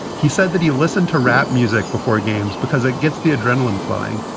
he said that he listened to rap music before games because it gets the adrenaline flowing,